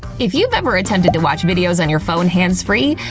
if you've ever attempted to watch videos on your phone hands-free,